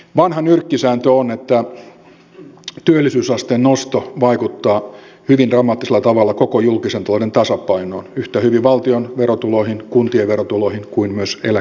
vanha nyrkkisääntö on että työllisyysasteen nosto vaikuttaa hyvin dramaattisella tavalla koko julkisen talouden tasapainoon yhtä hyvin valtion verotuloihin kuntien verotuloihin kuin myös eläkerahastoihin